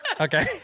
Okay